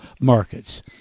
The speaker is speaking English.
markets